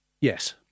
Yes